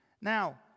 Now